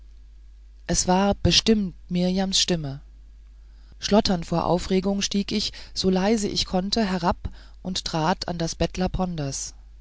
es war bestimmt mirjams stimme schlotternd vor aufregung stieg ich so leise ich konnte herab und trat an das